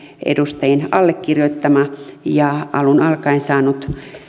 edustajien allekirjoittama ja alun alkaen saanut